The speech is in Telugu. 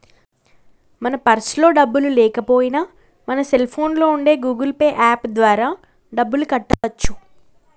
మన పర్సులో డబ్బులు లేకపోయినా మన సెల్ ఫోన్లో ఉండే గూగుల్ పే యాప్ ద్వారా డబ్బులు కట్టవచ్చు